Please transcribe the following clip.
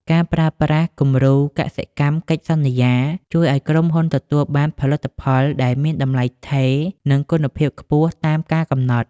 ការប្រើប្រាស់គំរូកសិកម្មកិច្ចសន្យា ជួយឱ្យក្រុមហ៊ុនទទួលបានផលិតផលដែលមានតម្លៃថេរ និងគុណភាពខ្ពស់តាមការកំណត់។